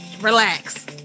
Relax